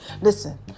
listen